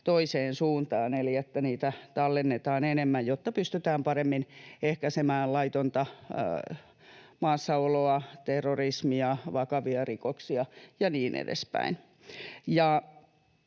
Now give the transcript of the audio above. toiseen suuntaan eli että niitä tallennetaan enemmän, jotta pystytään paremmin ehkäisemään laitonta maassaoloa, terrorismia, vakavia rikoksia ja niin edespäin.